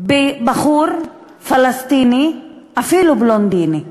בבחור פלסטיני, אפילו בלונדיני,